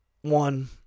one